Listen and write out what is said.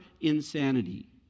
insanity